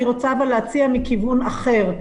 אבל אני רוצה להציע מכיוון אחר.